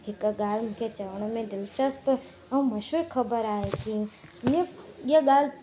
हिकु ॻाल्हि मूंखे चवण में दिलचस्प ऐं मूंखे ख़बर आहे की हीअ हीअ ॻाल्हि